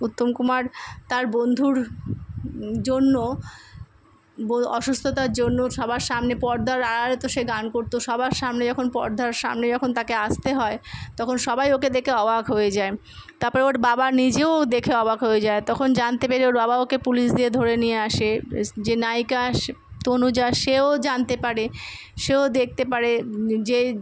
উত্তমকুমার তার বন্ধুর জন্য ব অসুস্ততার জন্য সবার সামনে পর্দার আড়ালে তো সে গান করতো সবার সামনে যখন পর্দার সামনে যখন তাকে আসতে হয় তখন সবাই ওকে দেকে অবাক হয়ে যায় তাপরে ওর বাবা নিজেও দেখে অবাক হয়ে যায় তখন জানতে পেরে ওর বাবা ওকে পুলিশ দিয়ে ধরে নিয়ে আসে রেস যে নায়িকা সে তনুজা সেও জানতে পারে সেও দেখতে পারে যে